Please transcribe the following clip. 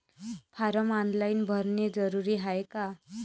Form online भरने जरुरीचे हाय का?